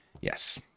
Yes